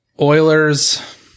Oilers